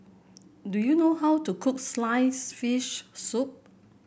do you know how to cook slice fish soup